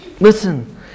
Listen